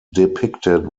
depicted